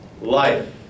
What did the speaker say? life